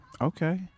Okay